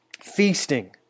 feasting